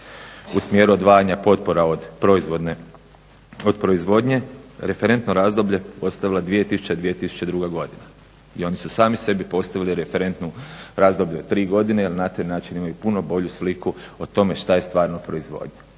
u smjeru odvajanja potpora od proizvodnje, referentno razdoblje ostavila 2000. i 2002. godina i oni su sami sebi postavili referentno razdoblje od tri godine jer na taj način imaju puno bolju sliku o tome šta je stvarno proizvodnja.